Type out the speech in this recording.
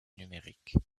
numérique